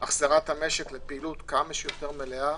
החזרת המשק לפעילות כמה שיותר מלאה